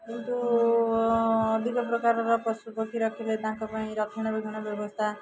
କିନ୍ତୁ ଅଧିକ ପ୍ରକାରର ପଶୁପକ୍ଷୀ ରଖିବେ ତାଙ୍କ ପାଇଁ ରକ୍ଷଣାବେକ୍ଷଣ ବ୍ୟବସ୍ଥା